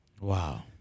Wow